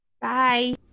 Bye